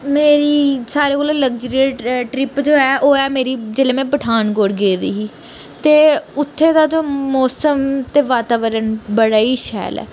मेरी सारे कोला लग्जरिस ट्रिप जो हे ओह् ऐ मेरी जेल्लै मै पठानकोट गेदी ही ते उत्थें दा जो मौसम ते बातावरण बड़ा ई शैल ऐ